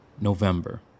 November